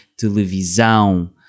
televisão